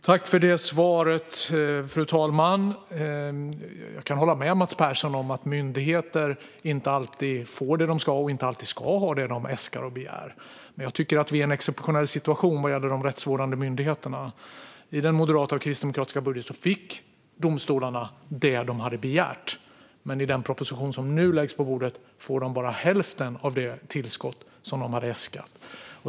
Fru talman! Jag tackar för det svaret. Jag kan hålla med Mats Persson om att myndigheter inte alltid får det de ska och inte alltid ska ha det de äskar och begär. Men jag tycker att vi är i en exceptionell situation vad gäller de rättsvårdande myndigheterna. I den moderata och kristdemokratiska budgeten fick domstolarna det de hade begärt, men i den proposition som nu ligger på bordet får de bara hälften av det tillskott som de hade äskat.